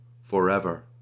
forever